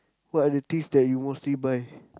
what are the things that you mostly buy